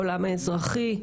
העולם האזרחי.